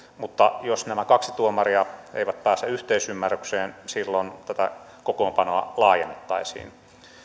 mutta jos nämä kaksi tuomaria eivät pääse yhteisymmärrykseen silloin tätä kokoonpanoa laajennettaisiin